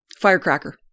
firecracker